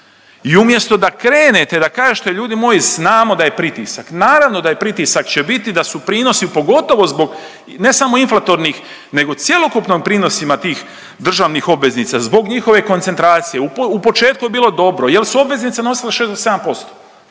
I umjesto da krenete, da kažete ljudi moji znamo da je pritisak, naravno da je pritisak će biti, da su prinosi pogotovo ne samo inflatornih nego cjelokupnim prinosima tih državnih obveznica, zbog njihove koncentracije. U početku je bilo dobro jel su obveznice nosile 6